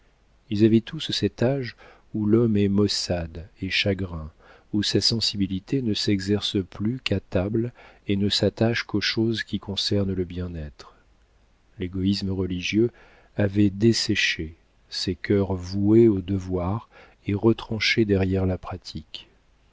ils avaient tous cet âge où l'homme est maussade et chagrin où sa sensibilité ne s'exerce plus qu'à table et ne s'attache qu'aux choses qui concernent le bien-être l'égoïsme religieux avait desséché ces cœurs voués au devoir et retranchés derrière la pratique